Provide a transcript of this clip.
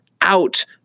out